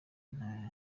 nta